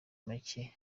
macye